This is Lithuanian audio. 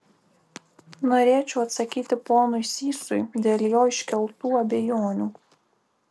norėčiau atsakyti ponui sysui dėl jo iškeltų abejonių